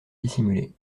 dissimulé